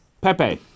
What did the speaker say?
Pepe